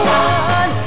one